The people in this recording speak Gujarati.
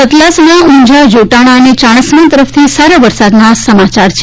સતલાસણા ઉંઝા જોટાણા અને ચાણસ્મા તરફથી સારા વરસાદના સમાચાર આવી રહ્યા છે